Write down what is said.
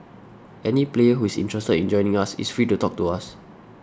any player who is interested in joining us is free to talk to us